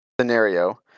scenario